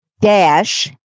dash